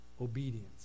obedience